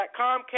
Comcast